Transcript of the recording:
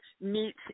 meet